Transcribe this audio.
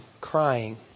crying